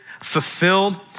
fulfilled